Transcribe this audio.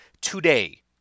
today